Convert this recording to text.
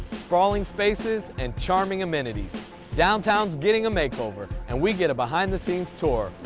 sprawling spaces, and charming amenities downtown's getting a makeover and we get a behind the scenes tour,